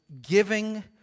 giving